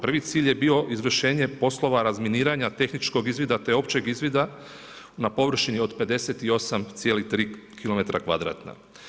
Prvi cilj je bio izvršenje poslova razminiranja tehničkog izvida te općeg izvida na površini od 58,3 km kvadratna.